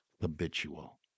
habitual